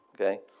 Okay